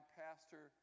pastor